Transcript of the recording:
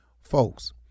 Folks